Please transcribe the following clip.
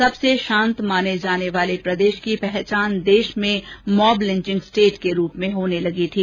सबसे शांत माने जाने वाले प्रदेश की पहचान देश में मॉब लिंचिंग स्टेट के रूप में होने लगी थी